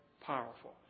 powerful